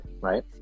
Right